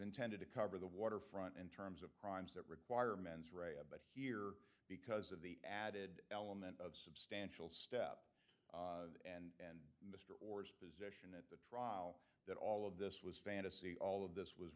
intended to cover the waterfront in terms of crimes that require mens rea a but here because of the added element of substantial step and mr orr's position at the trial that all of this was fantasy all of this was